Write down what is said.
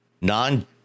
non